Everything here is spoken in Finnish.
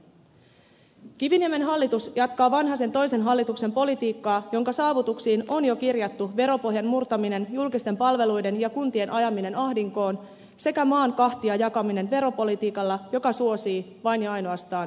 kiviniemen hallitus jatkaa vanhasen toisen hallituksen politiikkaa jonka saavutuksiin on jo kirjattu veropohjan murtaminen julkisten palveluiden ja kuntien ajaminen ahdinkoon sekä maan kahtia jakaminen veropolitiikalla joka suosii vain ja ainoastaan rikkaita